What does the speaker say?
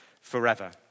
forever